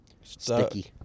sticky